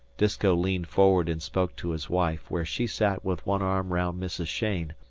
disko leaned forward and spoke to his wife, where she sat with one arm round mrs. cheyne,